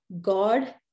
God